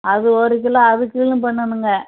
அது ஒரு கிலோ அதுவும் க்ளீனு பண்ணணுங்க